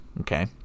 okay